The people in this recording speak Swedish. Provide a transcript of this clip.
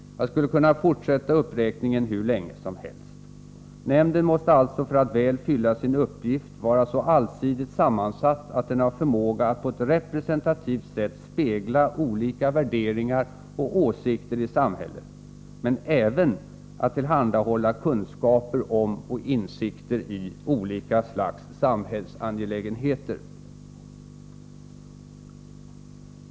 Jag skulle kunna fortsätta uppräkningen hur länge som helst. Nämnden måste alltså för att väl fylla sin uppgift vara så allsidigt sammansatt att den har förmåga att på ett representativt sätt spegla olika värderingar och åsikter i samhället men även att tillhandahålla kunskaper om och insikter i olika slags samhällsangelägenheter.